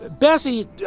Bessie